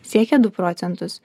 siekė du procentus